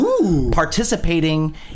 participating